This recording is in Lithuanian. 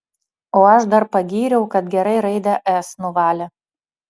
o aš dar pagyriau kad gerai raidę s nuvalė